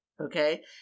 okay